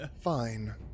Fine